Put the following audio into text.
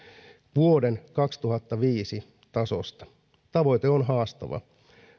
vuoden kaksituhattaviisi tasosta tavoite on haastava